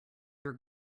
your